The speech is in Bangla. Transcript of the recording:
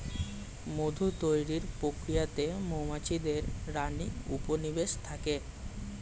মধু তৈরির প্রক্রিয়াতে মৌমাছিদের রানী উপনিবেশে থাকে